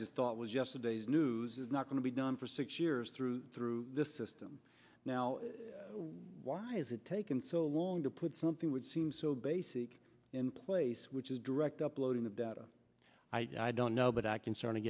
just thought was yesterday's news is not going to be done for six years through through this system now why has it taken so long to put something would seem so basic in place which is direct uploading the data i don't know but i can start